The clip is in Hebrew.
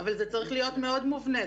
אבל זה צריך להיות מאוד מובנה,